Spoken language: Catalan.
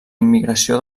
immigració